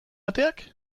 ateak